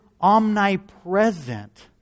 omnipresent